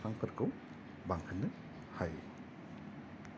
बिफांफोरखौ बांहोनो हायो